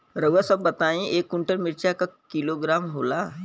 रउआ सभ बताई एक कुन्टल मिर्चा क किलोग्राम होला?